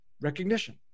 recognition